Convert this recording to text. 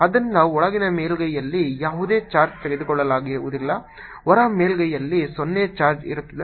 ಆದ್ದರಿಂದ ಒಳಗಿನ ಮೇಲ್ಮೈಯಲ್ಲಿ ಯಾವುದೇ ಚಾರ್ಜ್ ತೆಗೆದುಕೊಳ್ಳಲಾಗುವುದಿಲ್ಲ ಹೊರ ಮೇಲ್ಮೈಯಲ್ಲಿ 0 ಚಾರ್ಜ್ ಇರುತ್ತದೆ